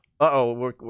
uh-oh